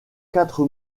quatre